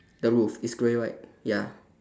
the roof is grey right ya